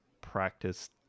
practice